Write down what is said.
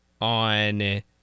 on